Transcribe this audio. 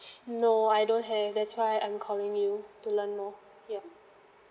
no I don't have that's why I'm calling you to learn more yup